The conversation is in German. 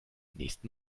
nächsten